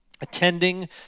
Attending